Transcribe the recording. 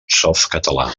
softcatalà